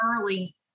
early